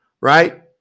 Right